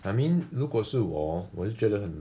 I mean 如果是我我就觉得很